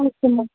okay ma'am